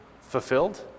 fulfilled